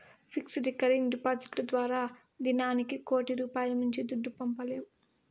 fixed, recurring డిపాడిట్లు ద్వారా దినానికి కోటి రూపాయిలు మించి దుడ్డు పంపలేము